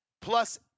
Plus